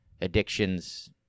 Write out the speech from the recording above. addictions